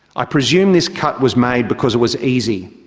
i presume this cut was made because it was easy.